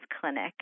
clinic